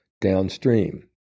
downstream